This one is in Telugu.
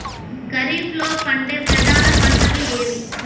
ఖరీఫ్లో పండే ప్రధాన పంటలు ఏవి?